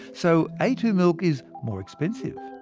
so, a two milk is more expensive.